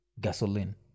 Gasoline